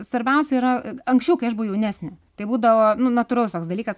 svarbiausia yra anksčiau kai aš buvau jaunesnė tai būdavo nu natūralus toks dalykas